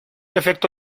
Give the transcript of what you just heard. efecto